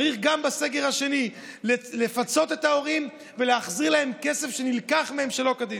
צריך גם בסגר השני לפצות את ההורים ולהחזיר להם כסף שנלקח מהם שלא כדין.